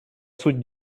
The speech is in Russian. суть